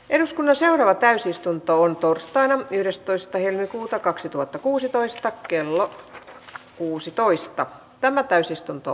eduskunnan seuraava täysistuntoon torstaina viidestoista heinäkuuta kaksituhattakuusitoista kello kuusitoista asian käsittely päättyi